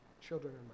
children